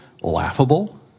laughable